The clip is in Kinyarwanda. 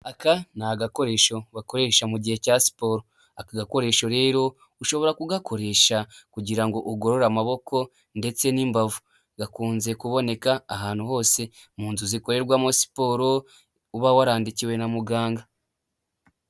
Aka ni agakoresho wakoresha mu gihe cya siporo, aka gakoresho rero ushobora kugakoresha kugira ngo ugorore amaboko ndetse n'imbavu, gakunze kuboneka ahantu hose mu nzu zikorerwamo siporo uba warandikiwe na muganga.